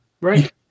right